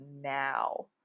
now